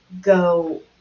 go